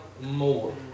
more